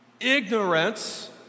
ignorance